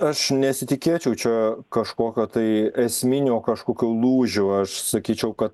aš nesitikėčiau čia kažkokio tai esminio kažkokio lūžio aš sakyčiau kad